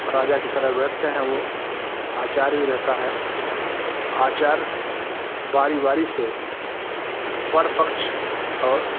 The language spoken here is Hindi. और राजा की तरह बैठते हैं वो आचार्य भी रहता है आचार्य बारी बारी से वर पक्ष और